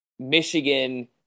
michigan